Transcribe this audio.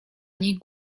nich